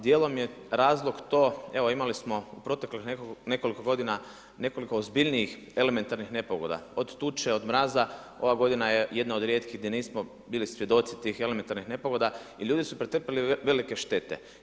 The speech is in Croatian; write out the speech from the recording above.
Dijelom je razlog to, evo imali smo u proteklih nekoliko godina nekoliko ozbiljnijih elementarnih nepogoda, od tuče, mraza, ova g. je jedna od rijetkih gdje nismo bili svjedoci tih elementarnih nepogoda i ljudi su pretrpili velike štete.